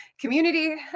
community